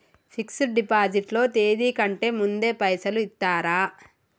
Fix డ్ deposit లో తేది కంటే ముందే పైసలు ఇత్తరా?